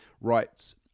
writes